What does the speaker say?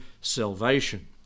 salvation